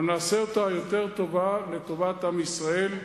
אבל נעשה אותה יותר טובה לטובת עם ישראל.